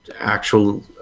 actual